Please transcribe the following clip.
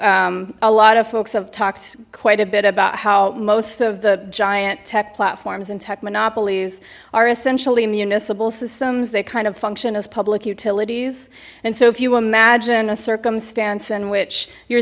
so a lot of folks have talked quite a bit about how most of the giant tech platforms and tecmo napoles are essentially municipal systems they kind of function as public utilities and so if you imagine a circumstance in which you're